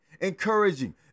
encouraging